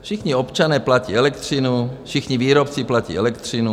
Všichni občané platí elektřinu, všichni výrobci platí elektřinu.